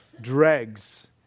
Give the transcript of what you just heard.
dregs